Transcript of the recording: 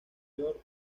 york